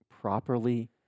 properly